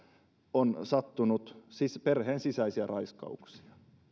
on sattunut perheen sisäisiä raiskauksia